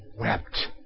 wept